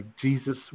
Jesus